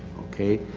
okay,